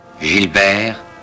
Gilbert